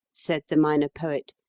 said the minor poet,